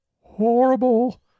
horrible